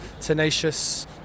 Tenacious